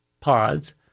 pods